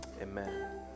amen